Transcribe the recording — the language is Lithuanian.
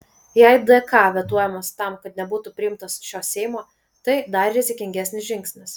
jei dk vetuojamas tam kad nebūtų priimtas šio seimo tai dar rizikingesnis žingsnis